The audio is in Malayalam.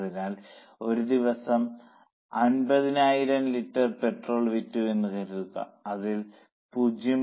അതിനാൽ ഒരു ദിവസം 50000 ലിറ്റർ പെട്രോൾ വിറ്റുവെന്ന് കരുതുക അതിൽ 0